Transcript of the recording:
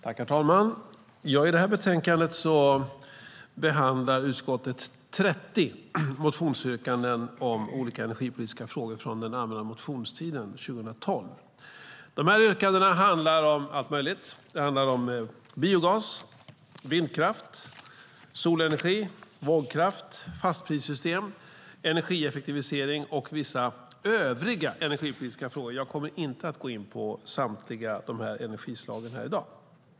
Herr talman! I det här betänkandet behandlar utskottet 30 motionsyrkanden om olika energipolitiska frågor från den allmänna motionstiden 2012. Yrkandena handlar om allt möjligt. De handlar om biogas, vindkraft, solenergi, vågkraft, fastprissystem, energieffektivisering och vissa övriga energipolitiska frågor. Jag kommer inte att gå in på samtliga dessa energislag här i dag.